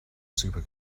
super